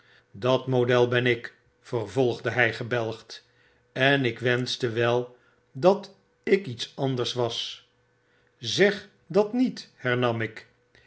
dat model ben ik vervolgde hij gebelgd en ik wenschte wel dat ik iets anders zeg dat niet hernam ik